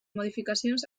modificacions